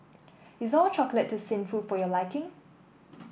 is All Chocolate too sinful for your liking